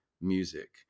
music